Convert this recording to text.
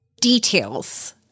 details